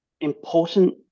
important